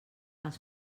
els